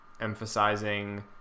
emphasizing